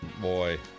boy